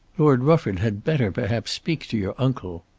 lord rufford had better perhaps speak to your uncle.